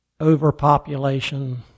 Overpopulation